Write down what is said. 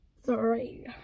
three